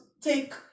take